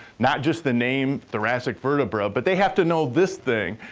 not just the name thoracic vertebra but they have to know this thing,